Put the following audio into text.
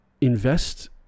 invest